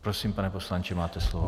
Prosím, pane poslanče, máte slovo.